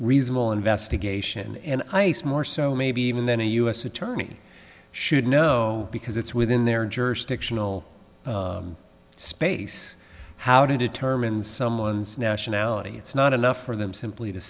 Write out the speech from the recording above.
reasonable investigation and ice more so maybe even then a u s attorney should know because it's within their jurisdictional space how to determine someone's nationality it's not enough for them simply to